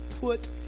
put